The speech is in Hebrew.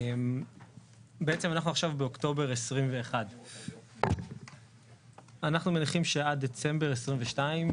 בעצם אנחנו עכשיו באוקטובר 2021. אנחנו מניחים שעד דצמבר 2022,